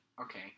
Okay